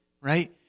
right